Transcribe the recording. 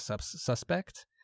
suspect